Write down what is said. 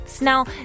Now